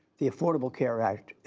the affordable care act,